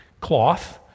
cloth